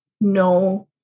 no